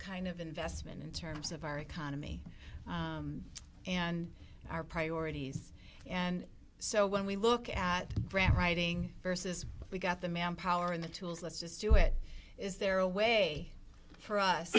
kind of investment in terms of our economy and our priorities and so when we look at brand writing versus but we got the manpower in the tools let's just do it is there a way for us